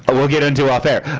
ah we'll get into off there.